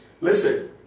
listen